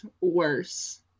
worse